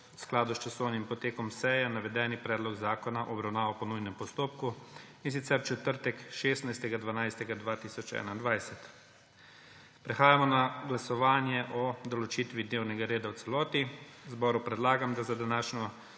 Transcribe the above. skladu s časovnim potekom seje navedeni predlog zakona obravnaval po nujnem postopku, in sicer v četrtek, 16. 12. 2021. Prehajamo na glasovanje o določitvi dnevnega reda v celoti. Zboru predlagam, da za današnjo